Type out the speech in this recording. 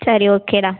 சரி ஓகேடா